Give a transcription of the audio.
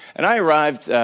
and i arrived,